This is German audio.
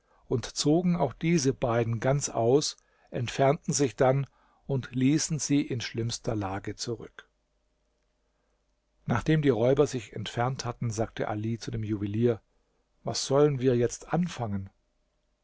und zogen auch diese beiden ganz aus entfernten sich dann und ließen sie in schlimmster lage zurück nachdem die räuber sich entfernt hatten sagte ali zu dem juwelier was sollen wir jetzt anfangen